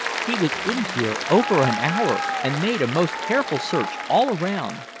he was in here over an hour, and made a most careful search all around.